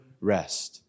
rest